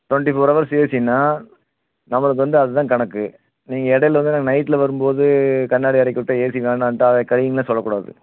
twenty four hours ஏசின்னா நம்மளுக்கு வந்து அதுதான் கணக்கு நீங்கள் இடையில வந்து நைட்டில் வரும்போது கண்ணாடியை இறக்கி விட்டு ஏசி வேணாம்ன்ட்டா கழிங்கனுலாம் சொல்லக்கூடாது